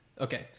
Okay